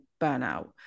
burnout